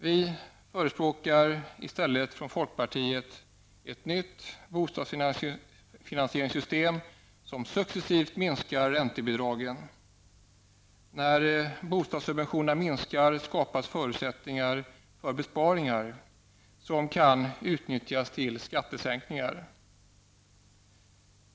Vi i folkpartiet förespråkar i stället ett nytt bostadsfinansieringssystem, som successivt minskar räntebidragen. När bostadssubventionerna minskas skapas förutsättningar för besparingar, som kan utnyttjas till skattesänkningar.